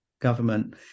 government